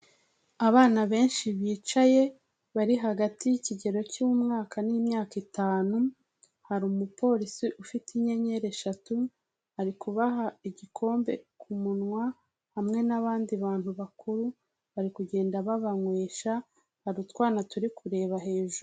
Abana benshi bicaye bari hagati y'ikigero cy'umwaka n'imyaka itanu, hari umupolisi ufite inyenyeri eshatu ari kubaha igikombe ku munwa, hamwe n'abandi bantu bakuru bari kugenda babanywesha, hari utwana turi kureba hejuru.